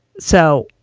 so,